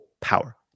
power